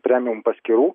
premijum paskyrų